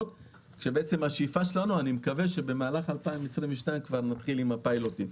כשהשאיפה שלנו היא שבמהלך 2022 נתחיל עם הפיילוטים.